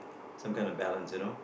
some kind of balance you know